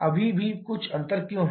अभी भी कुछ अंतर क्यों है